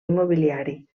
immobiliari